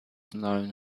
known